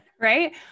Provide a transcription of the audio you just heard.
Right